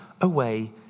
away